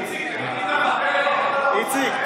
איציק,